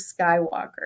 Skywalker